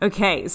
Okay